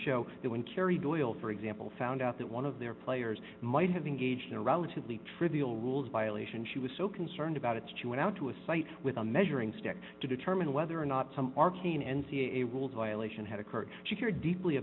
that when carried oil for example found out that one of their players might have engaged in a relatively trivial rules violation she was so concerned about it she went out to a site with a measuring stick to determine whether or not some arcane n c a a rules violation had occurred she cared deeply